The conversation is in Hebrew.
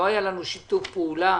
לא היה לנו שיתוף פעולה